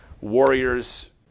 warriors